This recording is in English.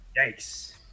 Yikes